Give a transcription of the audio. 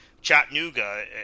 Chattanooga